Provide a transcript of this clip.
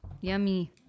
Yummy